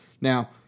Now